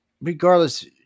regardless